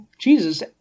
Jesus